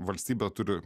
valstybė turi